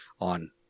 on